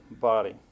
body